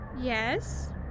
Yes